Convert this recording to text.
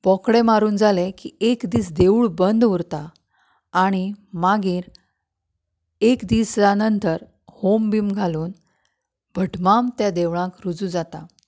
बोकडे मारून जालें की एक दीस देवूळ बंद उरता आनी मागीर एक दिसा नंतर होम बीम घालून भटमाम त्या देवळाक रुजू जाता